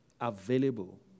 available